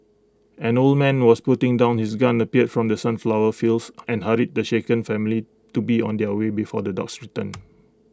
an old man was putting down his gun appeared from the sunflower fields and hurried the shaken family to be on their way before the dogs return